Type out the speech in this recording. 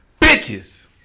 bitches